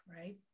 right